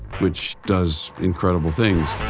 which does incredible things